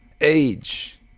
age